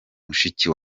mushiki